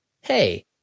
hey